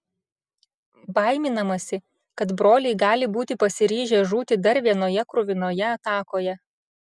baiminamasi kad broliai gali būti pasiryžę žūti dar vienoje kruvinoje atakoje